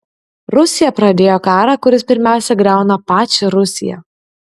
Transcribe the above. rusija pradėjo karą kuris pirmiausia griauna pačią rusiją